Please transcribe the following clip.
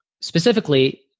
Specifically